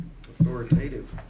Authoritative